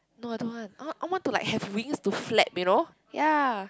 no I don't want I want I want to like have wings to flap you know ya